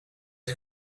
het